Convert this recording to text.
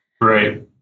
Right